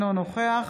אינו נוכח